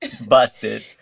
busted